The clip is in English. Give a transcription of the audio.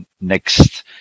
next